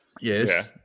Yes